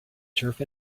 turf